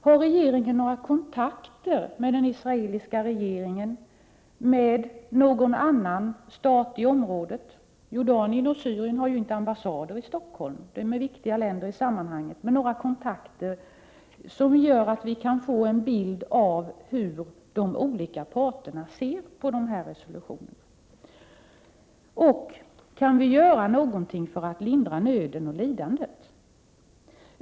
Har regeringen några kontakter med den israeliska regeringen eller med någon annan stat i området? Jordanien och Syrien har inte ambassader i Stockholm. De är viktiga länder i sammanhanget. Finns det några kontakter som gör att vi kan få en bild av hur de olika parterna ser på de här resolutionerna? Kan vi göra någonting för att lindra nöden och lidandet?